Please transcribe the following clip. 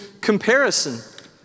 comparison